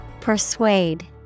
Persuade